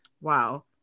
Wow